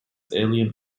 alien